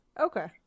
Okay